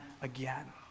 again